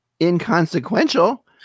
inconsequential